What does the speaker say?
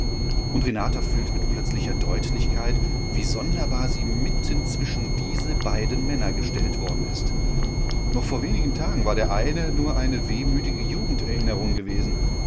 und renata fühlt mit plötzlicher deutlichkeit wie sonderbar sie mitten zwischen diese beiden männer gestellt worden ist noch vor wenigen tagen war der eine nur eine wehmütige jugenderinnerung gewesen